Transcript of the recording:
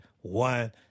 one